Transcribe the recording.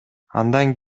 андан